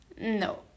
no